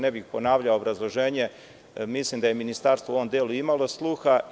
Ne bih ponavljao obrazloženje, mislim da je Ministarstvo u ovom delu imalo sluha.